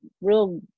real